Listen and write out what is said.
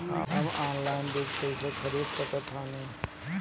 हम ऑनलाइन बीज कईसे खरीद सकतानी?